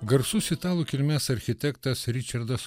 garsus italų kilmės architektas ričardas